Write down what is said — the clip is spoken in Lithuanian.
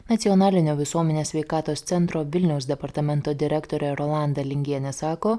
nacionalinio visuomenės sveikatos centro vilniaus departamento direktorė rolanda lingienė sako